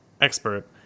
expert